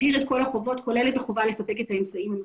מסדיר את כל החובות כולל את החובה לספק את האמצעים.